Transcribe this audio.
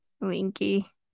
Winky